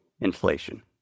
inflation